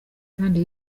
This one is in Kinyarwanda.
kandi